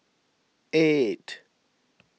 eight